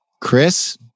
Chris